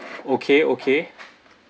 okay okay